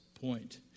point